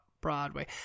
Broadway